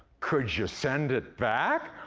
could you send it back?